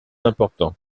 important